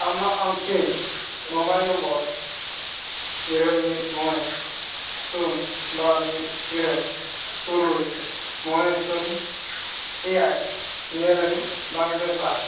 ᱟᱢᱟᱜ MPIN mobile number ᱤᱨᱟᱹᱞ ᱢᱤᱫ ᱢᱚᱬᱮ ᱥᱩᱱ ᱵᱟᱨ ᱢᱤᱫ ᱤᱨᱟᱹᱞ ᱛᱩᱨᱩᱭ ᱢᱚᱬᱮ ᱥᱩᱱ ᱮᱭᱟᱭ ᱱᱤᱭᱟᱹ ᱞᱟᱹᱜᱤᱫ ᱵᱟᱝ ᱵᱮᱥᱟ